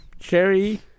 cherry